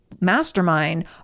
mastermind